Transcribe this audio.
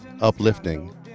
uplifting